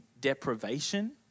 deprivation